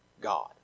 God